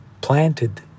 Planted